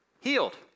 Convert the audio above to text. healed